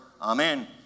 Amen